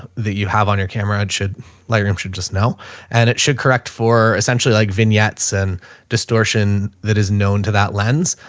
ah that you have on your camera and should like um should just know and it should correct for essentially like vignettes and distortion that is known to that lens.